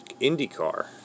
IndyCar